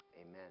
amen